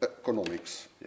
economics